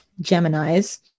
Geminis